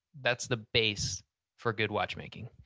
that's the base for good watchmaking.